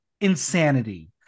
insanity